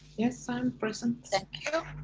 yes i am present. thank you.